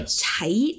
tight